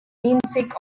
namesake